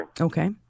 Okay